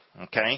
Okay